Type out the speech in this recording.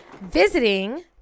visiting